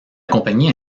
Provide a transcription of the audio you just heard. compagnie